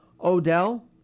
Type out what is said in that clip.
Odell